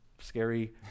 scary